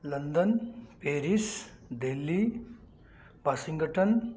London Paris Delhi Washington